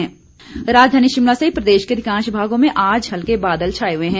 मौसम राजधानी शिमला सहित प्रदेश के अधिकांश भागों में आज हलके बादल छाए हुए हैं